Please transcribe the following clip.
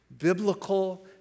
biblical